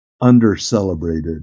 under-celebrated